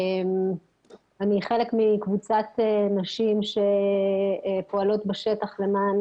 אני חלק מקבוצת נשים שפועלות בשטח למען